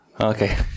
okay